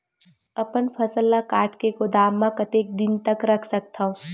अपन फसल ल काट के गोदाम म कतेक दिन तक रख सकथव?